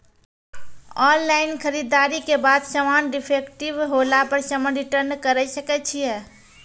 Online खरीददारी के बाद समान डिफेक्टिव होला पर समान रिटर्न्स करे सकय छियै?